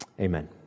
Amen